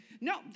No